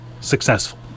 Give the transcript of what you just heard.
successful